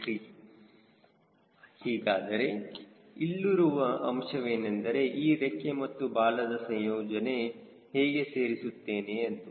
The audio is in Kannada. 03 ಹೀಗಾದರೆ ಇಲ್ಲಿರುವ ಅಂಶವೇನೆಂದರೆ ಈ ರೆಕ್ಕೆ ಮತ್ತು ಬಾಲದ ಸಂಯೋಜನೆ ಹೇಗೆ ಸೇರಿಸುತ್ತೇನೆ ಎಂದು